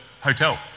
hotel